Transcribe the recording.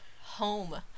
Home